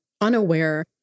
unaware